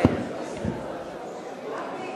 חבר הכנסת